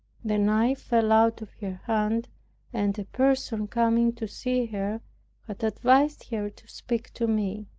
the knife fell out of her hand and a person coming to see her had advised her to speak to me.